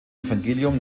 evangelium